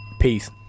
Peace